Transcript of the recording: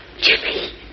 Jimmy